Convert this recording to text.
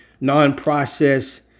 non-processed